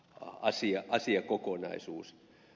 olisi asiakokonaisuus